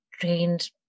trained